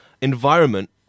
environment